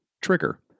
trigger